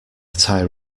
tyre